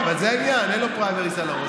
כן, אבל זה העניין, אין לו פריימריז על הראש.